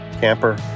camper